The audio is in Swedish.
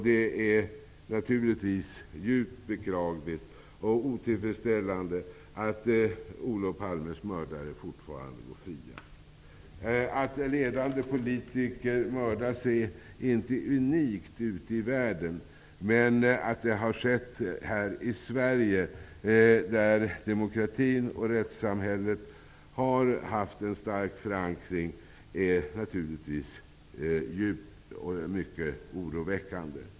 Det är naturligtvis djupt beklagligt och otillfredsställande att Olof Palmes mördare fortfarande går fri. Att ledande politiker mördas ute i världen är inte unikt, men att det har skett här i Sverige, där demokratin och rättssamhället har haft en stark förankring, är naturligtvis mycket oroväckande.